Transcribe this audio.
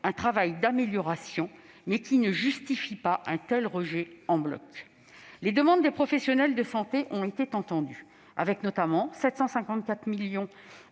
un travail d'amélioration, mais elles ne justifient pas un tel rejet en bloc. Les demandes des professionnels de santé ont été entendues, avec notamment 754 millions